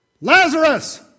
Lazarus